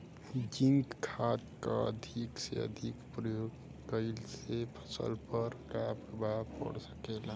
Zinc खाद क अधिक से अधिक प्रयोग कइला से फसल पर का प्रभाव पड़ सकेला?